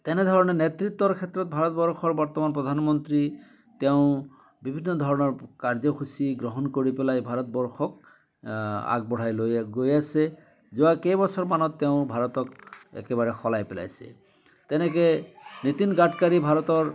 তেনেধৰণে নেতৃত্বৰ ক্ষেত্ৰত ভাৰতবৰ্ষৰ বৰ্তমান প্ৰধানমন্ত্ৰী তেওঁ বিভিন্ন ধৰণৰ কাৰ্যসূচী গ্ৰহণ কৰি পেলাই ভাৰতবৰ্ষক আগবঢ়াই লৈয়ে গৈ আছে যোৱা কেইবছৰমানত তেওঁ ভাৰতক একেবাৰে সলাই পেলাইছে তেনেকে নীতিন গাডকাৰী ভাৰতৰ